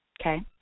okay